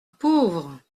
pauvre